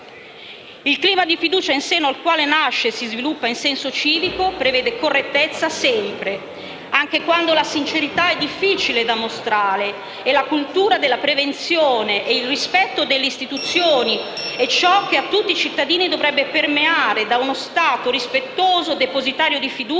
II clima di fiducia, in seno al quale nasce e si sviluppa il senso civico, prevede correttezza, sempre, anche quando la sincerità è difficile da mostrare e la cultura della prevenzione e il rispetto delle istituzioni è ciò che a tutti i cittadini dovrebbe permeare da uno Stato rispettoso, depositario di fiducia